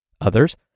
Others